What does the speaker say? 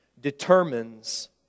determines